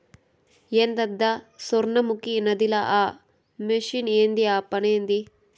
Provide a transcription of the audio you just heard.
ఏందద సొర్ణముఖి నదిల ఆ మెషిన్ ఏంది ఆ పనేంది